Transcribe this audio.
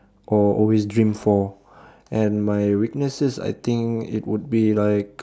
or always dream for and my weaknesses I think it would be like